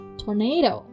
tornado